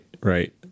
right